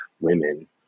women